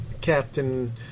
Captain